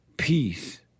Peace